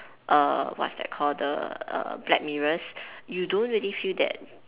err what's that call the err black mirrors you don't really feel that